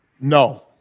No